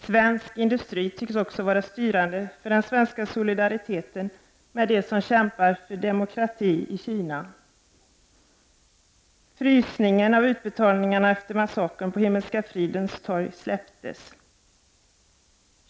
Svensk industri tycks också vara styrande för den svenska solidariteten med dem som kämpar för demokrati i Kina. Frysningen av utbetalningar efter massakern på Himmelska fridens torg släpptes.